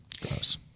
Gross